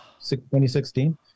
2016